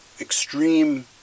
extreme